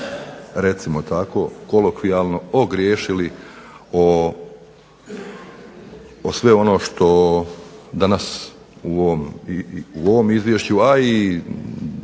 recimo tako kolokvijalno, ogriješili o ono što danas u ovom Izvješću a i